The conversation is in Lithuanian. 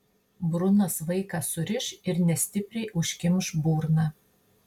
brunas vaiką suriš ir nestipriai užkimš burną